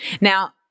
Now